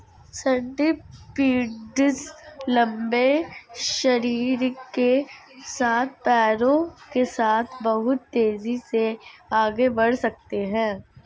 centipedes लंबे शरीर के साथ पैरों के साथ बहुत तेज़ी से आगे बढ़ सकते हैं